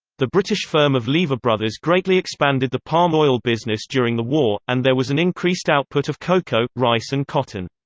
the british firm of lever bros. greatly expanded the palm oil business during the war, and there was an increased output of cocoa, rice and cotton.